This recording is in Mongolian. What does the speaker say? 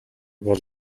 бол